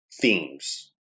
themes